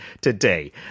today